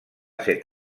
set